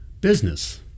business